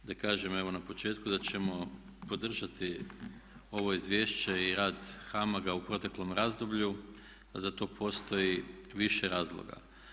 Da kažem evo na početku da ćemo podržati ovo izvješće i rad HAMAG-a u proteklom razdoblju a za to postoji više razloga.